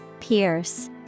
Pierce